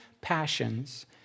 passions